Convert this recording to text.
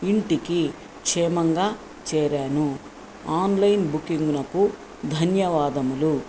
ఇంటికి క్షేమంగా చేరాను ఆన్లైన్ బుకింగ్నకు ధన్యవాదములు